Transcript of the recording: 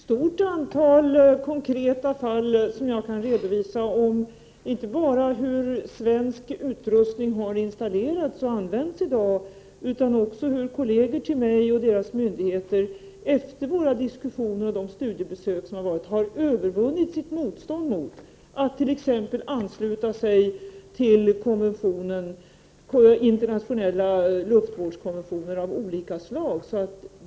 Herr talman! Jag kan redovisa ett antal konkreta fall, inte bara på hur svensk utrustning har installerats och används i dag, utan också hur kolleger till mig och myndigheterna i deras länder efter våra diskussioner och de studiebesök som ägt rum har övervunnit motståndet mot att t.ex. ansluta sig till internationella luftvårdskonventioner av olika slag.